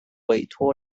委托